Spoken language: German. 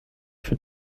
für